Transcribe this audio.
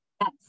Yes